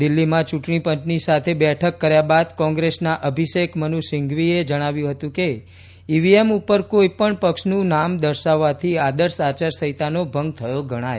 દિલ્હીમાં ચૂંટણીપંચની સાથે બેઠક કર્યા બાદ કોંગ્રેસના અભિષેક મનુ સિંઘવીએ જણાવ્યું હતું કે ઇવીએમ ઉપર કોઇ પણ પક્ષનું નામ દર્શાવવાથી આદર્શ આચારસંહિતાનો ભંગ થયો ગણાય